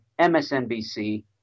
MSNBC